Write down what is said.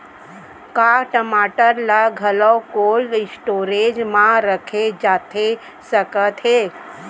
का टमाटर ला घलव कोल्ड स्टोरेज मा रखे जाथे सकत हे?